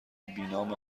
بینام